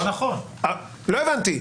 לא הבנתי.